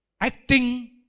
acting